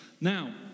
Now